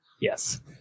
Yes